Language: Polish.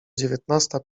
dziewiętnasta